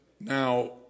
Now